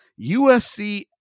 USC